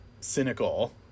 cynical